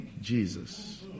Jesus